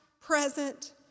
present